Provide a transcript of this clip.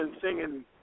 singing